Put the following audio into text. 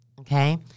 Okay